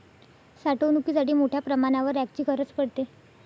साठवणुकीसाठी मोठ्या प्रमाणावर रॅकची गरज पडते